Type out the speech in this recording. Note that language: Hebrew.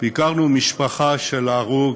ביקרנו משפחה של הרוג